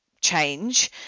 change